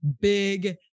big